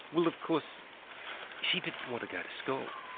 well of course she didn't want to go to school.